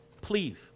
Please